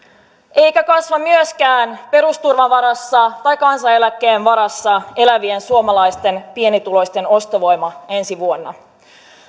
eikä kasva myöskään perusturvan varassa tai kansaneläkkeen varassa elävien suomalaisten pienituloisten ostovoima ensi vuonna